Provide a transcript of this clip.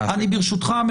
ברשותך,